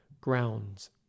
grounds